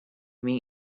meet